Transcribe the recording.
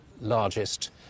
largest